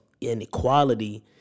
inequality